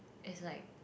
it's like